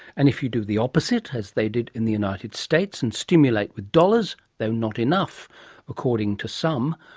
and if you do the opposite, as they did in the united states, and stimulate with dollars, though not enough according to some,